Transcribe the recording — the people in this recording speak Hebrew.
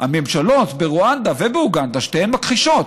הממשלות ברואנדה ובאוגנדה שתיהן מכחישות.